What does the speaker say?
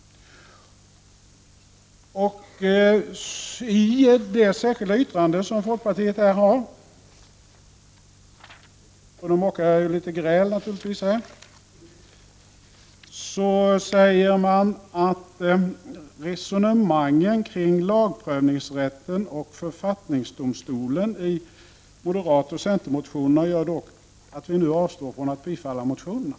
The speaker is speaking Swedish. I det särskilda yttrande som folkpartiet har avgett — nu muckar jag naturligtvis litet gräl här — säger man att ”resonemangen kring lagprövningsrätten och författningsdomstolen i moderatoch centermotionerna gör dock att vi nu avstår från att bifalla motionerna”.